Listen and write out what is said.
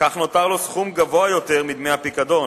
כך נותר לו סכום גבוה יותר מדמי הפיקדון,